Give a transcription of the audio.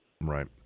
Right